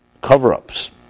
cover-ups